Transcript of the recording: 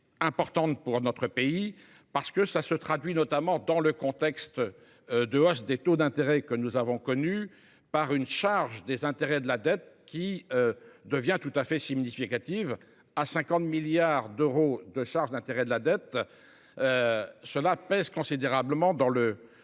importantes pour notre pays, parce que cela se traduit, notamment dans le contexte de hausse des taux d’intérêt que nous avons connu, par une charge des intérêts de la dette qui devient tout à fait significative – 50 milliards d’euros –, ce qui pèse considérablement dans le